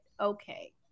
okay